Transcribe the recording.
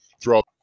throughout